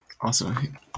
Awesome